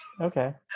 okay